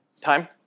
time